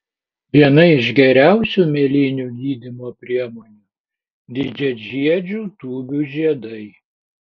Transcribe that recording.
viena iš geriausių mėlynių gydymo priemonių didžiažiedžių tūbių žiedai